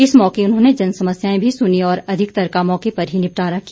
इस मौके उन्होंने जनसमस्याएं भी सुनी और अधिकतर का मौके पर ही निपटारा किया